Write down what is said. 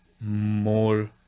more